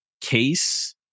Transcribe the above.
case